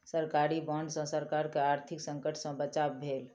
सरकारी बांड सॅ सरकार के आर्थिक संकट सॅ बचाव भेल